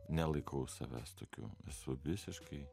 nelaikau savęs tokiu esu visiškai